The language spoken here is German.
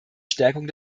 stärkung